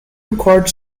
required